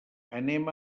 anem